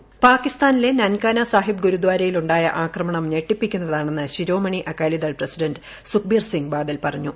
പ്രി പാകിസ്ഥാനിലെ നൻകനാ സ്ക്രീഫ്യബ് ഗുരുദ്ധാരയിലുണ്ടായ ആക്രമണം ഞെട്ടിപ്പിക്കുന്നതാണെന്ന് ശിരോമണി അകാലിദൾ പ്രസിഡന്റ് സുഖ്ബീർ സിംഗ് ബാദൽ പറഞ്ഞു